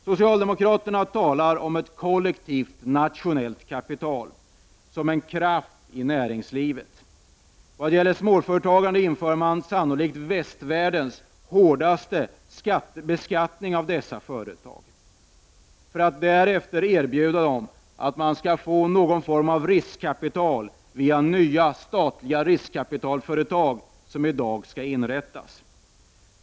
Socialdemokraterna talar om ”ett kollektivt nationellt kapital” som en kraft i näringslivet. Vad gäller småföretagandet inför man sannolikt västvärldens hårdaste beskattning av dessa företag för att därefter erbjuda dem att de skall få någon form av riskkapital via nya statliga riskkapitalföretag som i dag skall inrättas.